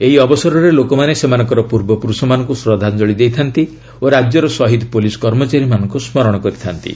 ଏହି ଅବସରରେ ଲୋକମାନେ ସେମାନଙ୍କର ପୂର୍ବପୁରୁଷମାନଙ୍କୁ ଶ୍ରଦ୍ଧାଞ୍ଚଳି ଦେଇଥାନ୍ତି ଓ ରାଜ୍ୟର ଶହୀଦ ପୋଲିସ୍ କର୍ମଚାରୀମାନଙ୍କୁ ସ୍କରଣ କରିଥାନ୍ତି